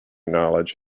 knowledge